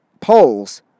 poles